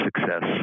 Success